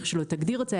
איך שלא תגדיר את זה,